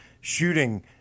shooting